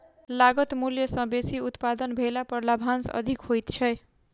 लागत मूल्य सॅ बेसी उत्पादन भेला पर लाभांश अधिक होइत छै